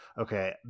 Okay